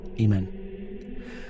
Amen